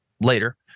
later